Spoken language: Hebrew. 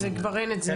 אז כבר אין את זה.